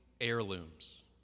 Heirlooms